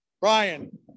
Brian